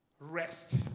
rest